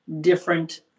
different